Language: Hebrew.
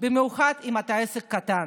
במיוחד אם אתה עסק קטן,